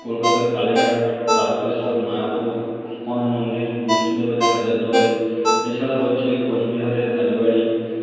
কলকাতার কালীঘাট তারকেশ্বর মায়াপুর ইস্কন মন্দির মুর্শিদাবাদের হাজারদুয়ারি এছাড়াও রয়েছে কোচবিহারের রাজবাড়ি